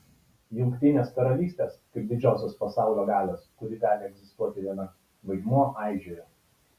jungtinės karalystės kaip didžiosios pasaulio galios kuri gali egzistuoti viena vaidmuo aižėjo